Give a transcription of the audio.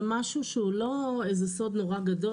זה משהו שהוא לא איזה סוד נורא גדול.